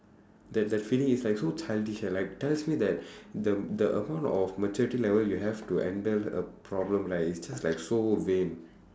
that that feeling is like so childish eh like tells me that the the amount of maturity level you have to handle a problem right is just like so vain